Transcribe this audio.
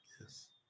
Yes